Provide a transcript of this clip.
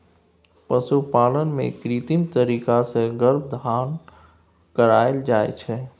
पशुपालन मे कृत्रिम तरीका सँ गर्भाधान कराएल जाइ छै